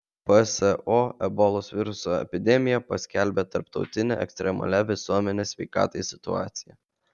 pso ebolos viruso epidemiją paskelbė tarptautine ekstremalia visuomenės sveikatai situacija